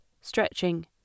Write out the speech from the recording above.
stretching